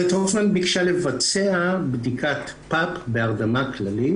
גברת הופמן ביקשה לבצע בדיקת פאפ בהרדמה כללית